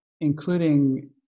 including